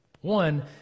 One